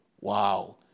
Wow